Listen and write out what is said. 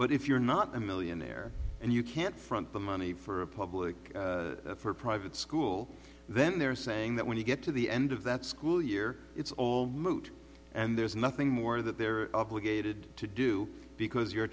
but if you're not a millionaire and you can't front the money for a public or private school then they're saying that when you get to the end of that school year it's all moot and there's nothing more that they're obligated to do because you're